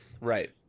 right